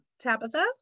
Tabitha